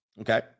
Okay